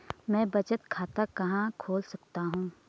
मैं बचत खाता कहां खोल सकता हूँ?